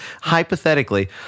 hypothetically